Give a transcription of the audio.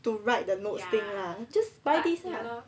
to write the notes thing lah just but this lah